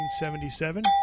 1977